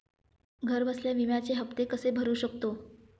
घरबसल्या विम्याचे हफ्ते कसे भरू शकतो?